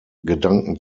gedanken